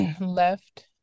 left